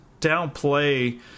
downplay